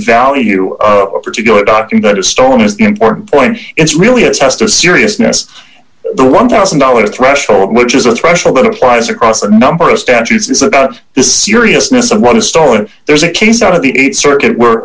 value a particular document of stone is the important point it's really a test of seriousness the one thousand dollars threshold which is a threshold that applies across a number of statutes is about the seriousness of what is stored there is a case out of the eight circuit w